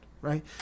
right